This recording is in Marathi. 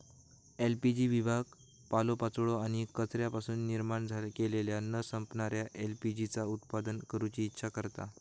एल.पी.जी विभाग पालोपाचोळो आणि कचऱ्यापासून निर्माण केलेल्या न संपणाऱ्या एल.पी.जी चा उत्पादन करूची इच्छा करता